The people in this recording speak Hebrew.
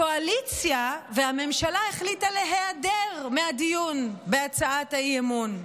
הקואליציה והממשלה החליטו להיעדר מהדיון בהצעת האי-אמון.